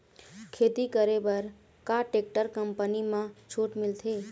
खेती करे बर का टेक्टर कंपनी म छूट मिलथे?